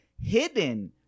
hidden